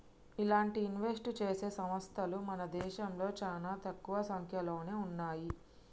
ఇలాంటి ఇన్వెస్ట్ చేసే సంస్తలు మన దేశంలో చానా తక్కువ సంక్యలోనే ఉన్నయ్యి